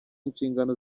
inshingano